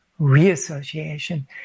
reassociation